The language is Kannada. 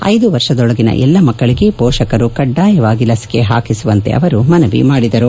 ಐದು ವರ್ಷದೊಳಗಿನ ಎಲ್ಲಾ ಮಕ್ಕಳಿಗೆ ಪೋಷಕರು ಕಡ್ಡಾಯವಾಗಿ ಲಸಿಕೆ ಹಾಕಿಸುವಂತೆ ಅವರು ಮನವಿ ಮಾಡಿದರು